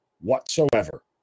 whatsoever